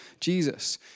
Jesus